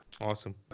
Awesome